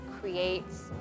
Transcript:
creates